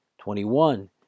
twenty-one